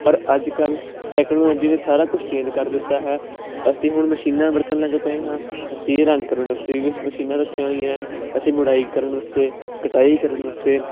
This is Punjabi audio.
ਪਰ ਅੱਜ ਕੱਲ੍ਹ ਟੈਕਨੋਲੋਜੀ ਨੇ ਸਾਰਾ ਕੁਝ ਚੇਂਜ ਕਰ ਦਿੱਤਾ ਹੈ ਅਸੀਂ ਹੁਣ ਮਸ਼ੀਨਾਂ ਵਰਤਣ ਲੱਗ ਪਏ ਹਾਂ ਅਸੀਂ ਰੰਗ ਕਰਨ ਵਾਸਤੇ ਮਸ਼ ਮਸ਼ੀਨਾਂ ਰੱਖੀਆਂ ਹੋਈਆਂ ਅਸੀਂ ਮੁੜਾਈ ਕਰਨ ਵਾਸਤੇ ਕਟਾਈ ਕਰਨ ਵਾਸਤੇ